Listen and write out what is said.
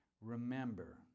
Remember